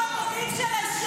יבוא יום,